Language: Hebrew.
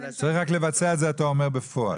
צריך רק לבצע את זה, אתה אומר, בפועל.